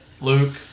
Luke